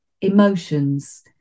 emotions